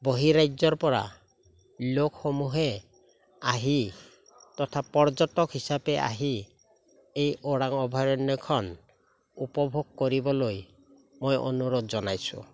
বহিৰাজ্যৰ পৰা লোকসমূহে আহি তথা পৰ্যটক হিচাপে আহি এই ওৰাং অভয়াৰণ্যখন উপভোগ কৰিবলৈ মই অনুৰোধ জনাইছোঁ